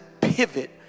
pivot